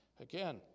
Again